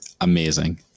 Amazing